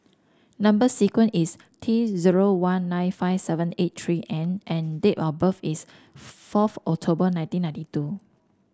number sequence is T zero one nine five seven eight three N and date of birth is fourth October nineteen ninety two